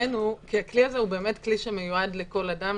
הכלי הזה הוא באמת כלי שמיועד לכל אדם.